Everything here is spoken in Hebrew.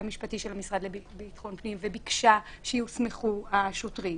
המשפטי של המשרד לביטחון פנים וביקשה שיוסמכו השוטרים,